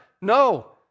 No